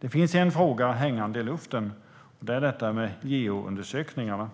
Det finns en fråga som hänger i luften, och det är detta med geoundersökningarna.